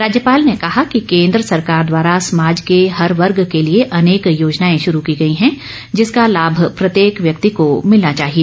राज्यपाल ने कहा कि केन्द्र सरकार द्वारा समाज के हर वर्ग के लिए अनेक योजनाएँ शुरू की गई हैं जिसका लाभ प्रत्येक व्यक्ति को मिलना चाहिए